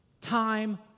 time